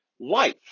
life